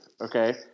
okay